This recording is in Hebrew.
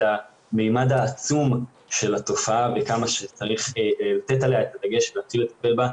המימד העצום של התופעה וכמה שצריך לתת עליה את הדגש ולהתחיל לטפל בה.